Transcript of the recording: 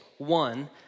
One